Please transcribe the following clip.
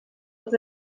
els